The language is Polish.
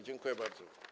Dziękuję bardzo.